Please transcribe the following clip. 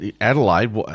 Adelaide